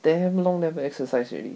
damn long never exercise already